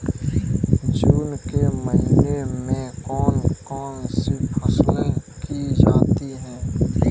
जून के माह में कौन कौन सी फसलें की जाती हैं?